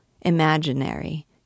imaginary